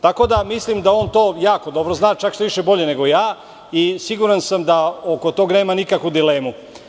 Tako da mislim da on to jako dobro zna, čak bolje nego ja i siguran sam da oko toga nema nikakve dileme.